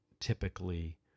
typically